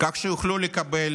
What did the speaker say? כך שיוכלו לקבל